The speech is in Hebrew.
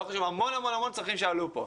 המון צרכים שעלו פה.